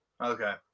Okay